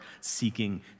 seeking